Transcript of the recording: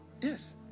Yes